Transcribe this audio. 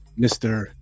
Mr